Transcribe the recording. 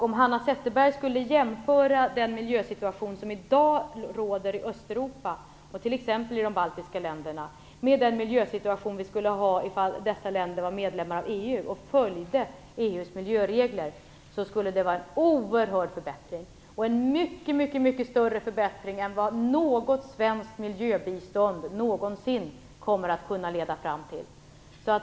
Om Hanna Zetterberg skulle jämföra den miljösituation som i dag råder i t.ex. Östeuropa och de baltiska länderna med den miljösituation som vi skulle ha ifall dessa länder var medlemmar av EU och följde EU:s miljöregler, skulle det vara en oerhörd förbättring - en mycket större förbättring än vad svenskt miljöbistånd någonsin kommer att kunna leda fram till.